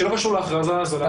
שלא קשור להכרזה הזאת.